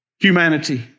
humanity